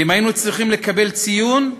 ואם היינו צריכים לקבל ציון,